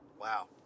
Wow